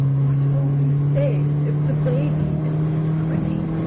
what will we say if the baby isn't pretty?